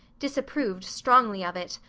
disapproved strongly of it.